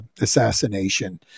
assassination